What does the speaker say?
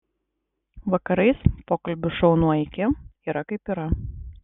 vakarais pokalbių šou nuo iki yra kaip yra